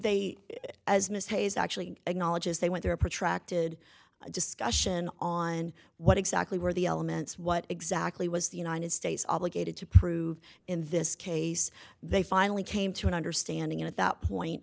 hayes actually acknowledges they went there a protracted discussion on what exactly were the elements what exactly was the united states obligated to prove in this case they finally came to an understanding and at that point